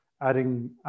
adding